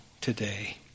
today